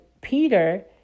Peter